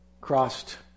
crossed